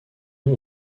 nom